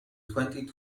twenty